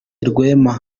rwema